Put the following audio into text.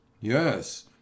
Yes